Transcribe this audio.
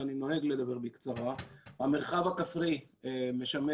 ואני באמת אדבר בקצרה: המרחב הכפרי משמש